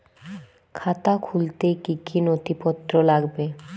খাতা খুলতে কি কি নথিপত্র লাগবে?